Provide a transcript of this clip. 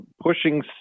pushing